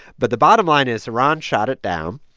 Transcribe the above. but the bottom line is iran shot it down.